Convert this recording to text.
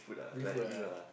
Malay food ah